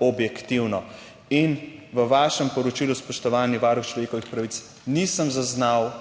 objektivno. In v vašem poročilu, spoštovani varuh človekovih pravic, nisem zaznal,